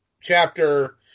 chapter